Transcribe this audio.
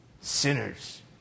sinners